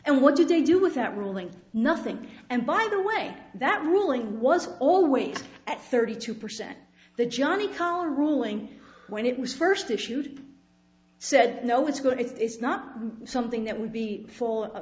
and what did they do with that ruling nothing and by the way that ruling was always at thirty two percent the johnnie collar ruling when it was first issued said no it's a good it's not something that would be for a